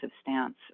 stance